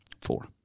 Four